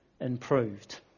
improved